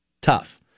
Tough